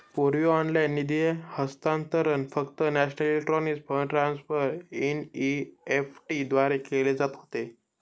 पूर्वी ऑनलाइन निधी हस्तांतरण फक्त national electronic fund transfer NEFT द्वारे केले जात होते